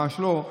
ממש לא,